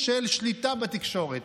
של שליטה בתקשורת".